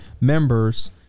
members